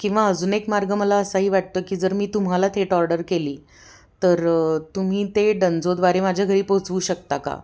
किंवा अजून एक मार्ग मला असाही वाटतो की जर मी तुम्हाला थेट ऑर्डर केली तर तुम्ही ते डंजोद्वारे माझ्या घरी पोहचवू शकता का